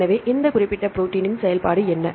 எனவே இந்த குறிப்பிட்ட ப்ரோடீனின் செயல்பாடு என்ன